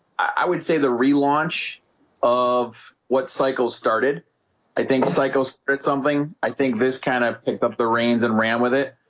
i would say the relaunch of what cycles started i think cycles at something. i think this kind of picked up the reins and ran with it